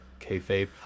kayfabe